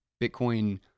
Bitcoin